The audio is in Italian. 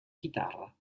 chitarra